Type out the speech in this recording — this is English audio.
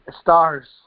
stars